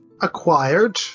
acquired